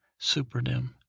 Superdim